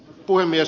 puhemies